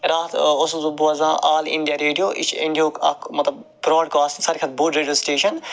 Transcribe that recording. راتھ اوسُس بہٕ بوزان آل اِنڈیا ریڈیو یہِ چھُ اِنڈیُہُک اکھ بروڈکاسٹ ساروے کھۄتہ بوٚڑ ریڈیو سٹیشَن